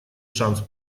шанс